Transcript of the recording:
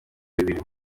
bibiri